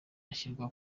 ashyirwa